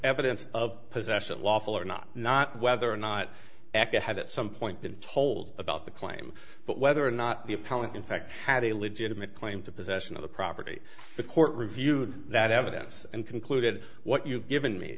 evidence of possession lawful or not not whether or not aca had at some point been told about the claim but whether or not the appellant in fact had a legitimate claim to possession of the property the court reviewed that evidence and concluded what you've given me